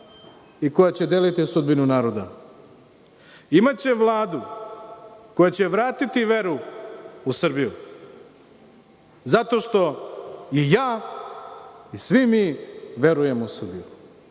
i koja će deliti sudbinu naroda. Imaće Vladu koja će vratiti veru u Srbiju zato što i ja i svi mi verujemo u Srbiju,